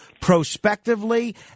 prospectively